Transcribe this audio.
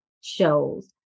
shows